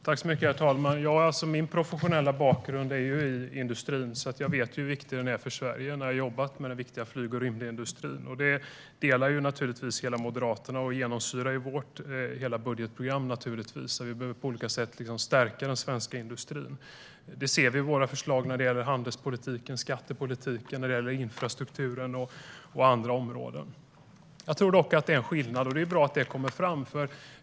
Herr talman! Min professionella bakgrund är ju i den viktiga flyg och rymdindustrin, så jag vet hur viktig industrin är för Sverige. Den synen delar naturligtvis hela Moderaterna, och det genomsyrar naturligtvis hela vårt budgetprogram. Vi behöver på olika sätt stärka den svenska industrin. Det kan man se i våra förslag när det gäller handelspolitiken, skattepolitiken, infrastrukturen och andra områden. Jag tror dock att det finns en skillnad, och det är ju bra att den kommer fram.